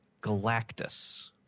Galactus